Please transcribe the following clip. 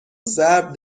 ضرب